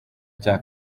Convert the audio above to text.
cya